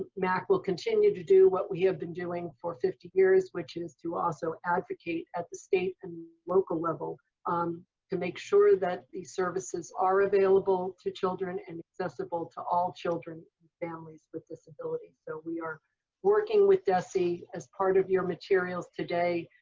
mac will continue to do what we have been doing for fifty years, which is to also advocate at the state and local level um to make sure that these services are available to children and accessible to all children and families with disabilities. so we are working with dese. as part of your materials today,